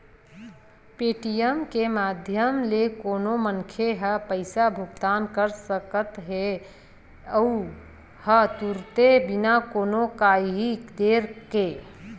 Paytm के माधियम ले कोनो मनखे ह पइसा भुगतान कर सकत हेए अहूँ ह तुरते बिना कोनो काइही देर के